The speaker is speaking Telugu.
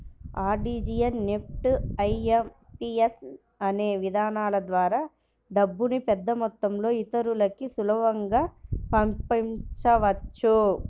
ఆర్టీజీయస్, నెఫ్ట్, ఐ.ఎం.పీ.యస్ అనే విధానాల ద్వారా డబ్బుని పెద్దమొత్తంలో ఇతరులకి సులభంగా పంపించవచ్చు